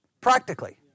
practically